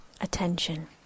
attention